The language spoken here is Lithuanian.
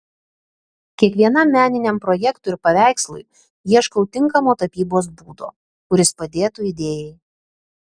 kiekvienam meniniam projektui ir paveikslui ieškau tinkamo tapybos būdo kuris padėtų idėjai